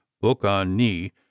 book-on-knee